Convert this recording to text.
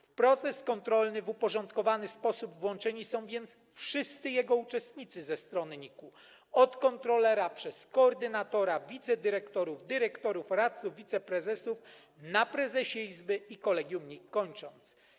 W proces kontrolny w uporządkowany sposób włączeni są więc wszyscy jego uczestnicy ze strony NIK-u, od kontrolera przez koordynatora, wicedyrektorów, dyrektorów, radców, wiceprezesów na prezesie Izby i Kolegium NIK kończąc.